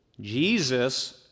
Jesus